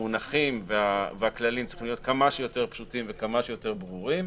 המונחים והכללים צריכים להיות כמה שיותר פשוטים וכמה שיותר ברורים,